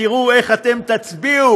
תראו איך אתם תצביעו.